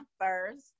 first